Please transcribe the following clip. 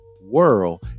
world